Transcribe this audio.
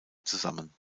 zusammen